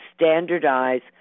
standardize